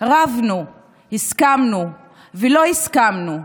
רבנו, הסכמנו ולא הסכמנו,